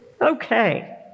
Okay